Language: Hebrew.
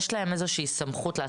יש להם איזושהי סמכות?